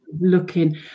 looking